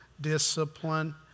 Discipline